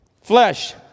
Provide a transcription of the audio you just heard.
Flesh